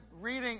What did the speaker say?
reading